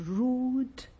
rude